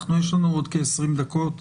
יש לנו עוד כ-20 דקות,